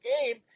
game